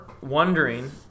wondering